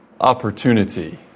opportunity